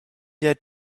der